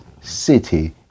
city